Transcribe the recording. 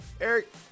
Eric